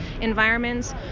environments